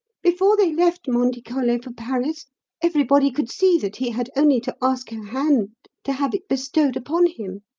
before they left monte carlo for paris everybody could see that he had only to ask her hand, to have it bestowed upon him.